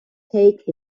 take